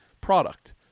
product